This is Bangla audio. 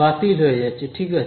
বাতিল হয়ে যাচ্ছে ঠিক আছে